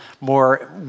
more